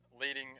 Leading –